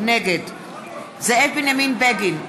נגד זאב בנימין בגין,